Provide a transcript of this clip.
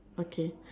okay